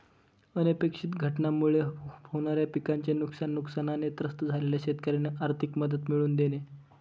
अनपेक्षित घटनांमुळे होणाऱ्या पिकाचे नुकसान, नुकसानाने त्रस्त झालेल्या शेतकऱ्यांना आर्थिक मदत मिळवून देणे